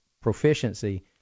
proficiency